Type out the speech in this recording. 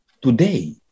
today